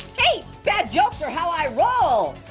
hey, bad jokes are how i roll.